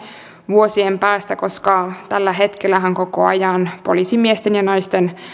vuosien päästä koska tällä hetkellähän koko ajan poliisimiesten ja naisten